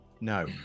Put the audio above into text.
No